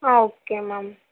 ah okay ma'am